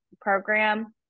program